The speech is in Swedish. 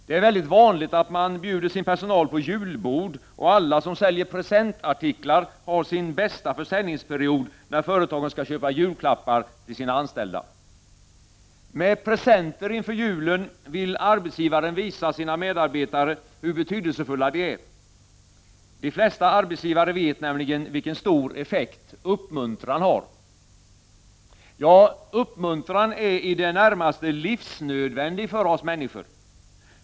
Det är väldigt vanligt att man bjuder sin personal på julbord, och alla som säljer presentartiklar har sin bästa försäljningsperiod när företagen skall köpa julklappar till sina anställda. Med presenter inför julen vill arbetsgivaren visa sina medarbetare hur betydelsefulla de är. De flesta arbetsgivare vet nämligen vilken stor effekt uppmuntran har. Ja, uppmuntran är i det närmaste livsnödvändig för oss människor.